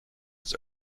des